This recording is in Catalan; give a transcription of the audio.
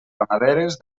ramaderes